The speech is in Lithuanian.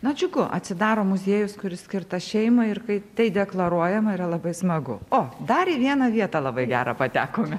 na džiugu atsidaro muziejus kuris skirtas šeimai ir kai tai deklaruojama yra labai smagu o dar į vieną vietą labai gerą patekome